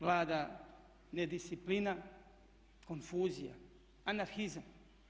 Vlada nedisciplina, konfuzija, anarhizam.